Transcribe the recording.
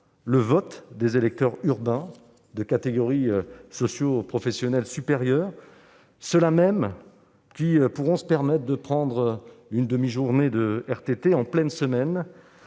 le vote des électeurs urbains appartenant à une catégorie socioprofessionnelle supérieure, ceux-là mêmes qui pourront se permettre de prendre une demi-journée de RTT en pleine semaine